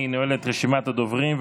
אני נועל את רשימת הדוברים,